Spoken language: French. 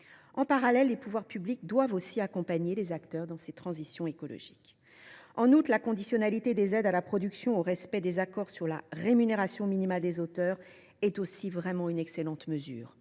En parallèle, les pouvoirs publics doivent accompagner les acteurs dans cette transition écologique. En outre, la conditionnalité des aides à la production au respect des accords sur la rémunération minimale des auteurs est une excellente mesure.